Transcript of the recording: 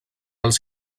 els